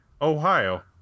Ohio